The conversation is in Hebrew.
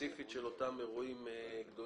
הספציפית בתעריף לגבי אותם אירועים גדולים,